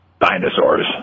dinosaurs